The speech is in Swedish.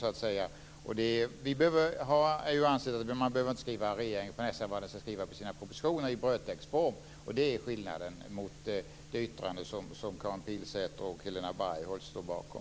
Vi anser inte att man behöver skriva regeringen på näsan vad den ska skriva i sina propositioner i brödtextform. Det är skillnaden mot det yttrande som Karin Pilsäter och Helena Bargholtz står bakom.